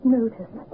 notice